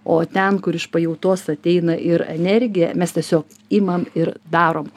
o ten kur iš pajautos ateina ir energija mes tiesiog imam ir darom